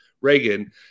Reagan